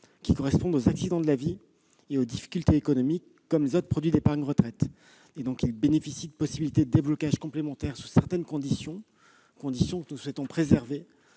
qui correspondent aux accidents de la vie et aux difficultés économiques, comme pour les autres produits d'épargne retraite. Ils bénéficient de possibilités de déblocage complémentaires sous certaines conditions, que nous souhaitons préserver,